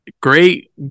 Great